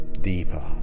Deeper